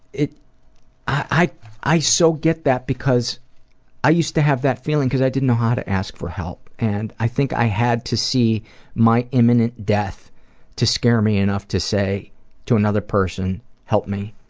i i so get that because i used to have that feeling cause i didn't know how to ask for help and i think i had to see my imminent death to scare me enough to say to another person help me,